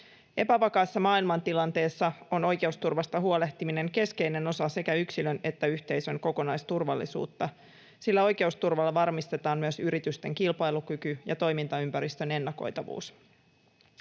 Epävakaassa maailmantilanteessa on oikeusturvasta huolehtiminen keskeinen osa sekä yksilön että yhteisön kokonaisturvallisuutta, sillä oikeusturvalla varmistetaan myös yritysten kilpailukyky ja toimintaympäristön ennakoitavuus.